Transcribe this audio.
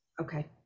Okay